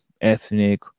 ethnic